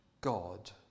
God